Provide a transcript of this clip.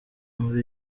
muri